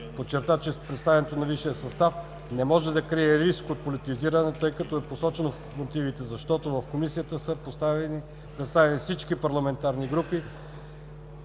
подчерта, че представянето на висшия състав в Комисията по отбрана не може да крие риск от политизиране, както е посочено в мотивите, защото в Комисията са представени всички парламентарни групи